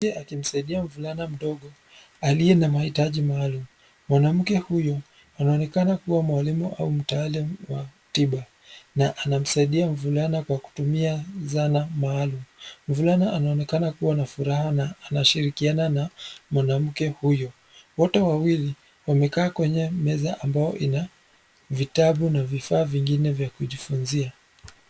Mwanamke akimsaidia mvulana mdogo aliye na mahitaji maalum. Mwanamke huyo anaonekana kuwa mwalimu au mtaalam wa tiba na anamsaidia mvulana kwa kutumia zana maalum. Mvulana anaonekana kuwa na furaha na anashirikiana na mwanamke huyo. Wote wawili wamekaa kwenye meza ambayo ina vitabu na vifaa vingine vya kujifunzia.